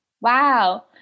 Wow